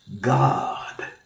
God